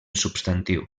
substantiu